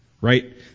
Right